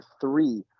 three